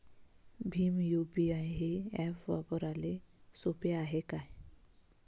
Bhim UPI हे app वापराले सोपे हाय का?